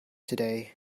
today